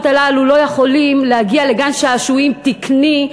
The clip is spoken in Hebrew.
האלה לא יכולים להגיע לגן-שעשועים תקני,